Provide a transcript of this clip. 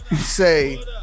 Say